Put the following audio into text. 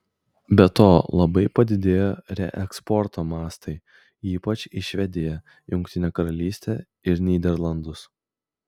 be to labai padidėjo reeksporto mastai ypač į švediją jungtinę karalystę ir nyderlandus